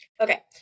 Okay